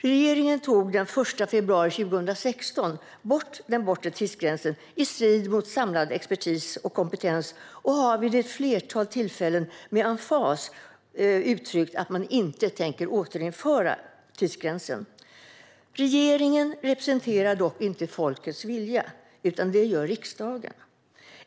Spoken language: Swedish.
Regeringen tog den 1 februari 2016 bort den bortre tidsgränsen i strid mot samlad expertis och kompetens, och regeringen har vid ett flertal tillfällen med emfas uttryckt att man inte tänker återinföra tidsgränsen. Regeringen representerar dock inte folkets vilja, utan det gör riksdagen.